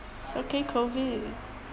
COVID